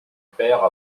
père